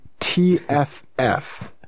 TFF